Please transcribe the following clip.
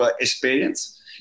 experience